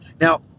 Now